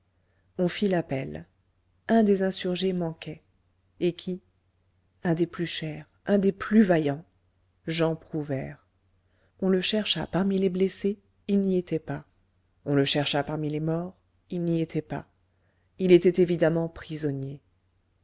on fit l'appel un des insurgés manquait et qui un des plus chers un des plus vaillants jean prouvaire on le chercha parmi les blessés il n'y était pas on le chercha parmi les morts il n'y était pas il était évidemment prisonnier